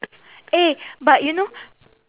eh but you know